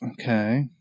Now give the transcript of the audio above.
Okay